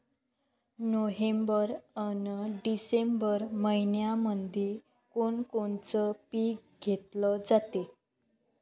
November अन डिसेंबर मइन्यामंधी कोण कोनचं पीक घेतलं जाते?